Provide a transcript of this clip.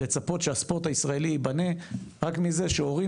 לצפות שהספורט הישראלי ייבנה רק מזה שהורים